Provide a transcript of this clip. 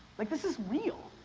like this is real.